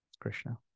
Krishna